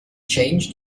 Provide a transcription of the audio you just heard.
change